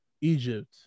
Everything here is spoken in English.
Egypt